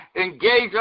engage